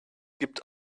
gibt